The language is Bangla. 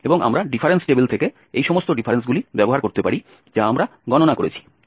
এবং আমরা ডিফারেন্স টেবিল থেকে এই সমস্ত ডিফারেন্সগুলি ব্যবহার করতে পারি যা আমরা গণনা করেছি